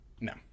No